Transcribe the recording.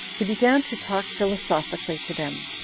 he began to talk philosophically to them,